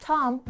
Tom